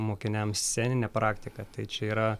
mokiniams sceninė praktika tai čia yra